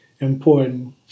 important